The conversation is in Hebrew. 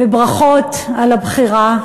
וברכות על הבחירה,